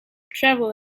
travel